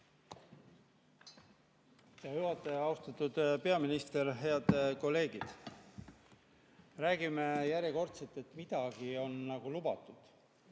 juhataja! Austatud peaminister! Head kolleegid! Räägime järjekordselt, et midagi on nagu lubatud.